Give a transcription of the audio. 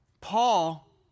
Paul